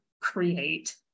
create